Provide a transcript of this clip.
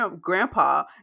grandpa